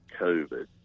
COVID